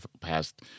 past